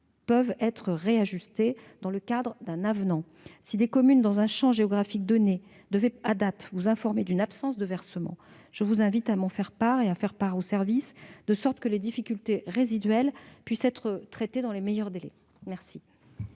peuvent être réajustés dans le cadre d'un avenant. Si des communes, dans un champ géographique donné, devaient à date vous informer d'une absence de versement, je vous invite à en faire part à mes services, de sorte que les difficultés résiduelles soient traitées dans les meilleurs délais. La